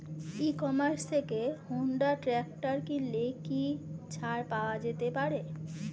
ই commerce থেকে Honda tractor কিনলে কি ছাড় পাওয়া যেতে পারে?